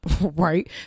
Right